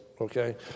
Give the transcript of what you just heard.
okay